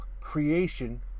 creation